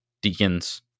deacons